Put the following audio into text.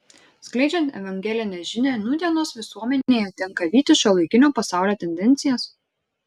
skleidžiant evangelinę žinią nūdienos visuomenėje tenka vytis šiuolaikinio pasaulio tendencijas